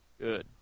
Good